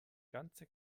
ganze